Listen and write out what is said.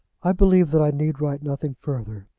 i believe that i need write nothing further.